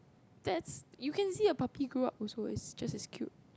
that's you can see a puppy grow up also is just as cute